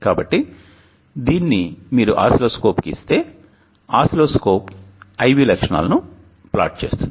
కాబట్టి దీన్ని మీరు ఆసిల్లోస్కోప్కు ఇస్తే ఆసిల్లోస్కోప్ IV లక్షణాలను ప్లాట్ చేస్తుంది